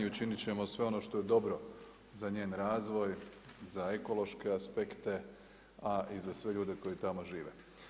Učinit ćemo sve ono što je dobro za njen razvoj, za ekološke aspekte, a i za sve ljude koji tamo žive.